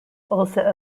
also